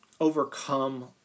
overcome